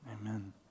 Amen